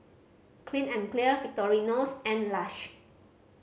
Clean and Clear Victorinox and Lush